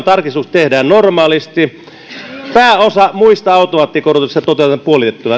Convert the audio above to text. tarkistus tehdään normaalisti ja pääosa muista automaattikorotuksista toteutetaan puolitettuna